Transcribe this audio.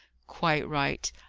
quite right.